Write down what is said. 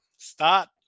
Start